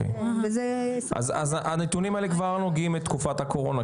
אז הנתונים האלה כבר נוגעים לתקופת הקורונה.